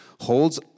holds